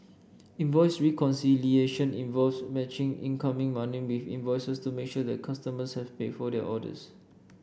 invoice reconciliation involves matching incoming money with invoices to make sure that customers have paid for their orders